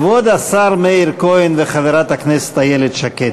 כבוד השר מאיר כהן וחברת הכנסת איילת שקד.